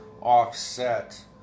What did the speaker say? offset